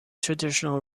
traditional